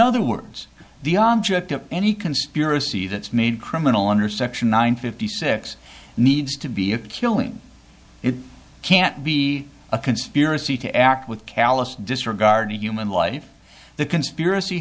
other words the object of any conspiracy that's made criminal under section nine fifty six needs to be a killing it can't be a conspiracy to act with callous disregard to human life the conspiracy